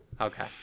Okay